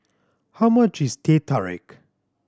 how much is Teh Tarik